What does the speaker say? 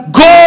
go